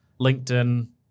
LinkedIn